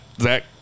Zach